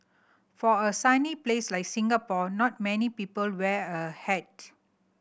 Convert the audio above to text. for a sunny place like Singapore not many people wear a hat